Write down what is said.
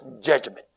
judgment